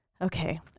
okay